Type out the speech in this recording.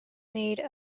made